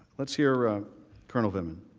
let's hear colonel vindman.